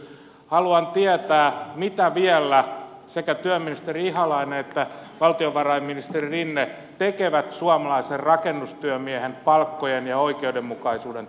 haluan tietää mitä vielä sekä työministeri ihalainen että valtiovarainministeri rinne tekevät suomalaisen rakennustyömiehen palkkojen ja oikeudenmukaisuuden takaamiseksi